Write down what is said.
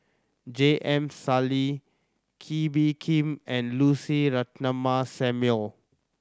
J M Sali Kee Bee Khim and Lucy Ratnammah Samuel